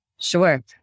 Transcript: Sure